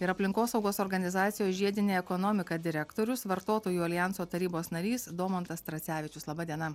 ir aplinkosaugos organizacijos žiedinė ekonomika direktorius vartotojų aljanso tarybos narys domantas tracevičius laba diena